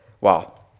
wow